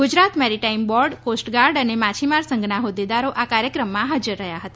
Gujarat maritime board coast guard અને માછીમાર સંઘ ના હોદ્દેદારો આ કાર્યક્રમ માં હાજર રહ્યા હતા